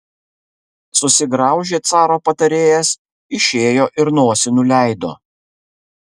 susigraužė caro patarėjas išėjo ir nosį nuleido